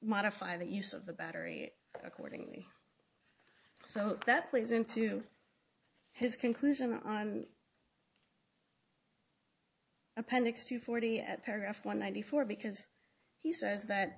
modify the use of the battery accordingly so that plays into his conclusion on appendix to forty at paragraph one ninety four because he says that